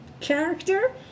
character